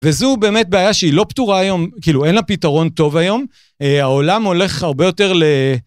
וזו באמת בעיה שהיא לא פתורה היום, כאילו אין לה פתרון טוב היום. העולם הולך הרבה יותר ל...